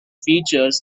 features